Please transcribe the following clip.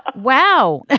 ah wow.